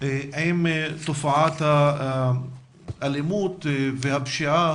עם תופעת האלימות והפשיעה,